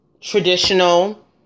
traditional